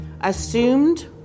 assumed